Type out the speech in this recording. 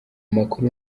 makuru